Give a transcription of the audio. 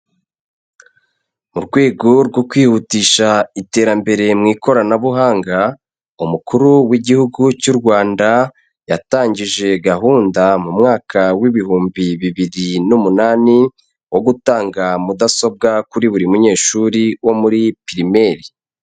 Mu rwego rwo kwihutisha iterambere mu ikoranabuhanga umukuru w'igihugu cy'u Rwanda yatangije gahunda mu mwaka w'ibihumbi bibiri n' numunani, wo gutanga mudasobwa kuri buri munyeshuri wo muri pirimeri.